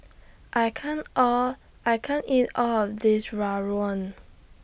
I can't All I can't eat All of This Rawon